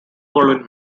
goldwyn